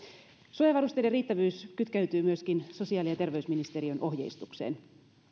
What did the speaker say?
suojavarusteiden riittävyys kytkeytyy myöskin sosiaali ja terveysministeriön ohjeistukseen